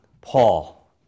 Paul